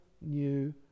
new